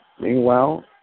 Meanwhile